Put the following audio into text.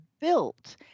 built